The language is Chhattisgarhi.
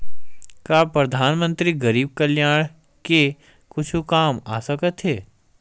का परधानमंतरी गरीब कल्याण के कुछु काम आ सकत हे